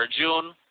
June